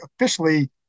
officially